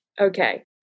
okay